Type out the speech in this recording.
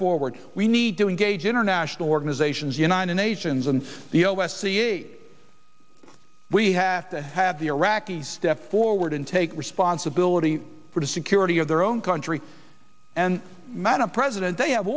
forward we need to engage international organizations united nations and the o s c aid we have to have the iraqis step forward and take responsibility for the security of their own country and madam president they have